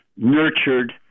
nurtured